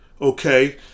okay